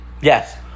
Yes